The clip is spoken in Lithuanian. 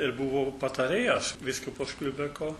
ir buvo patarėjas vyskupo liubeko